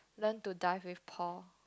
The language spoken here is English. Learn to Dive with Paul